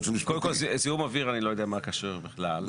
קודם כול, זיהום אוויר לא קשור בכלל.